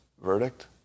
verdict